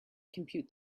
compute